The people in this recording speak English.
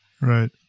Right